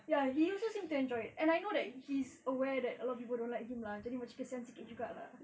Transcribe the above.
ya he also seem to enjoy it and I know he's aware that a lot of people don't like him lah jadi macam kesian sikit juga lah